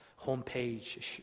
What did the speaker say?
homepage